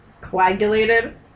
coagulated